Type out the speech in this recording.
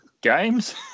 Games